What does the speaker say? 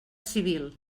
civil